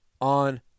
on